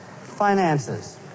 Finances